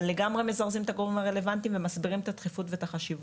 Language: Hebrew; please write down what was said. אבל לגמרי מזרזים את הגורם הרלוונטי ומסבירים את הדחיפות ואת החשיבות.